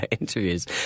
interviews